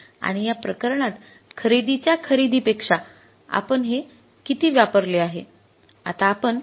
आणि या प्रकरणात खरेदीच्या खरेदीपेक्षा आपण हे किती वापरले आहे